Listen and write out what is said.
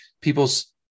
People's